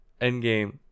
Endgame